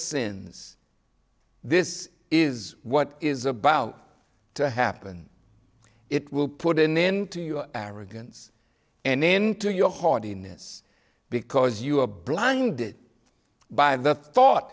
since this is what is about to happen it will put in into your arrogance and into your heart in this because you are blinded by the thought